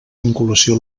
vinculació